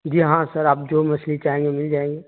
جی ہاں سر آپ جو مچھلی چاہیں گے وہ مل جائیں گے